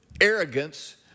arrogance